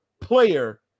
player